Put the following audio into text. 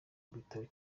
bitaro